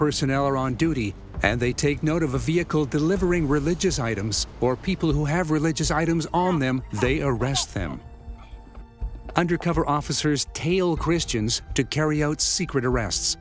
personnel are on duty and they take note of a vehicle delivering religious items or people who have religious items on them they arrest them undercover officers tale christians to carry out secret arrest